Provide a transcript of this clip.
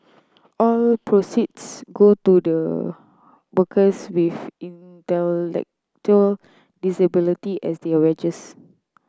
all proceeds go to the workers with intellectual disability as their wages